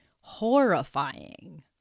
horrifying